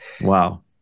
wow